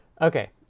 Okay